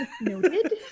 Noted